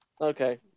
Okay